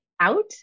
out